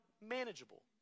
manageable